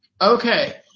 okay